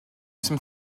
some